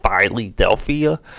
Philadelphia